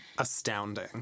Astounding